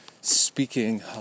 speaking